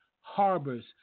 harbors